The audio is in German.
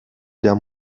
der